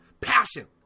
passion